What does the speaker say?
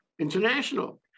international